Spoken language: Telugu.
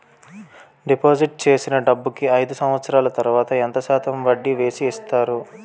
డిపాజిట్ చేసిన డబ్బుకి అయిదు సంవత్సరాల తర్వాత ఎంత శాతం వడ్డీ వేసి ఇస్తారు?